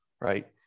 right